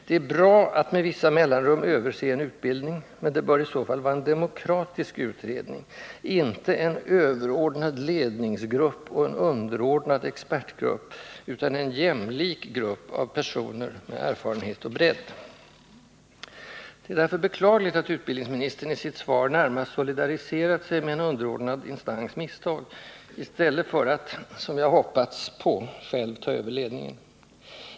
Det är bra att med vissa mellanrum överse en utbildning, men det bör i så fall vara en demokratisk utredning — inte en överordnad ”ledningsgrupp” och en underordnad ”expertgrupp” utan en jämlik grupp av personer med erfarenhet och bredd. Det är därför beklagligt att utbildningsministern i sitt svar närmast solidariserat sig med en underordnad instans misstag i stället för att — som jag hade hoppats på — själv ta över ledningen.